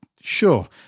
Sure